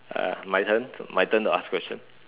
uh my turn my turn to ask question